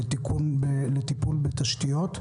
לטיפול בתשתיות,